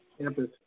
campus